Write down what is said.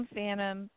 Phantom